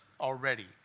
already